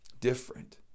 different